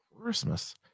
Christmas